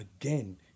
again